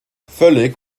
völlig